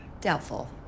Doubtful